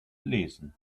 lesen